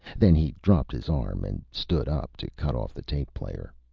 then he dropped his arm and stood up, to cut off the tape player.